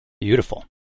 Beautiful